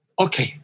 Okay